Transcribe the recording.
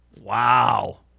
Wow